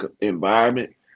environment